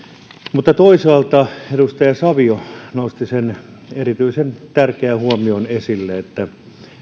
mutta toisaalta edustaja savio nosti sen erityisen tärkeän huomion esille että